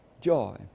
Joy